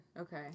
Okay